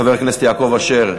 חבר הכנסת יעקב אשר,